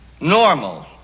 normal